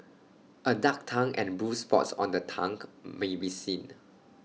A dark tongue and bruised spots on the tongue may be seen